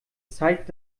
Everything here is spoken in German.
zeigt